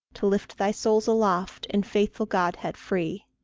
to lift thy souls aloft in faithful godhead free.